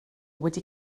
wedi